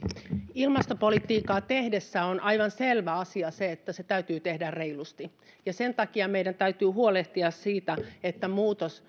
ilmastopolitiikkaa tehdessä on aivan selvä asia että se täytyy tehdä reilusti ja sen takia meidän täytyy huolehtia siitä että muutos